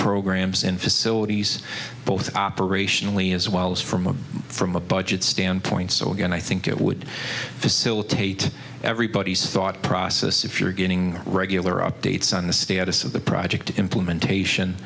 programs in facilities both operationally as well as from a from a budget standpoint so again i think it would facilitate everybody's thought process if you're getting regular updates on the status of the project implementation